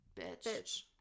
Bitch